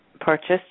purchased